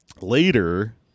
later